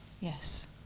Yes